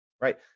right